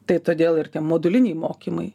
tai todėl ir moduliniai mokymai